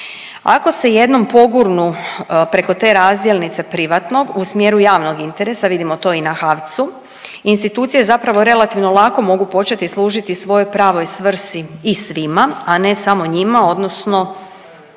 Ako se jednom pogurnu preko te razdjelnice privatnog u smjeru javnog interesa, vidimo to na HAVC-u, institucije zapravo relativno lako mogu početi služiti svojoj pravoj svrsi i svima, a ne samo njima odnosno,